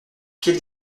quelle